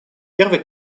первый